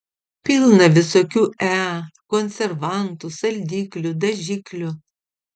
pilna visokių e konservantų saldiklių dažiklių